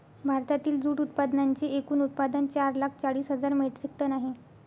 भारतातील जूट उत्पादनांचे एकूण उत्पादन चार लाख चाळीस हजार मेट्रिक टन आहे